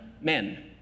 men